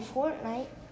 Fortnite